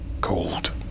cold